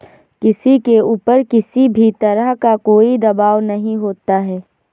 किसी के ऊपर किसी भी तरह का कोई दवाब नहीं होता है